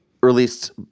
released